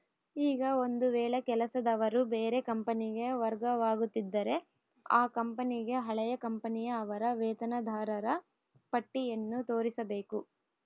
ಈಗ ಒಂದು ವೇಳೆ ಕೆಲಸದವರು ಬೇರೆ ಕಂಪನಿಗೆ ವರ್ಗವಾಗುತ್ತಿದ್ದರೆ ಆ ಕಂಪನಿಗೆ ಹಳೆಯ ಕಂಪನಿಯ ಅವರ ವೇತನದಾರರ ಪಟ್ಟಿಯನ್ನು ತೋರಿಸಬೇಕು